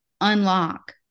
unlock